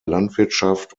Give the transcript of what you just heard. landwirtschaft